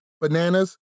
Bananas